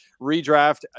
redraft